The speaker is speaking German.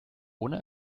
ohne